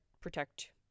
protect